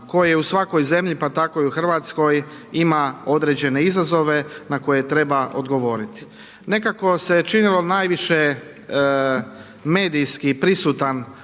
koje u svakoj zemlji, pa tako i u RH ima određene izazove na koje treba odgovoriti. Nekako se činilo najviše medijski prisutan